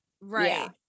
Right